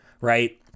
Right